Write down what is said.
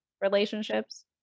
relationships